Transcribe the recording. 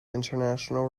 international